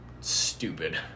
stupid